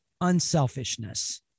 Unselfishness